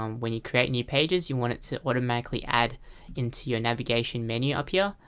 um when you create new pages, you want it to automatically add into your navigation menu up here,